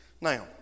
Now